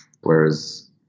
Whereas